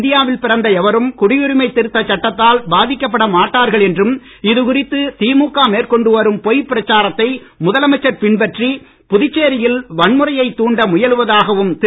இந்தியாவில் பிறந்த எவரும் குடியுரிமை திருத்தச் சட்டத்தால் பாதிக்கப்பட மாட்டார்கள் என்றும் இது குறித்து திழுக மேற்கொண்டு வரும் பொய்ப் பிரச்சாரத்தை முதலமைச்சர் பின்பற்றி புதுச்சேரியில் வன்முறையைத் தூண்ட முயலுவதாகவும் திரு